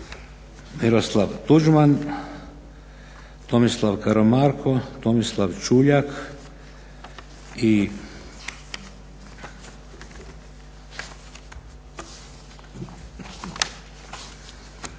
Miroslav Tuđman, Tomislav Karamarko, Tomislav Čuljak i